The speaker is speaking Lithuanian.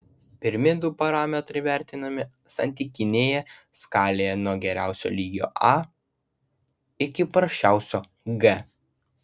pirmi du parametrai vertinami santykinėje skalėje nuo geriausio lygio a iki prasčiausio g